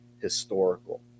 historical